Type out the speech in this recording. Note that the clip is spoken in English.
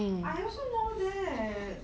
I also know that